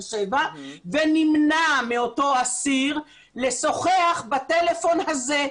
שבע ונמנע מאותו אסיר לשוחח בטלפון הזה.